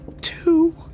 Two